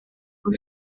con